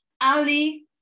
Ali